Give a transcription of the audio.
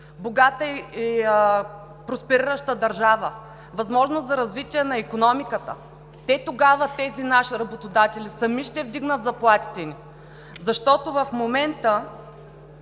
богата и просперираща държава, възможност за развитие на икономиката. Тогава тези наши работодатели сами ще вдигнат заплатите ни. Защото в момента